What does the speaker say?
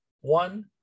one